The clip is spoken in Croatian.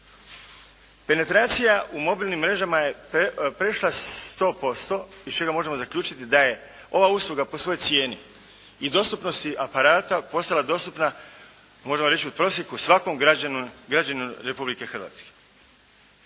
Penetracija u mobilnim mrežama je prešla 100% iz čega možemo zaključiti da je ova usluga po svojoj cijeni i dostupnosti aparata postala dostupna, možemo reći u prosjeku svakom građaninu Republike Hrvatske.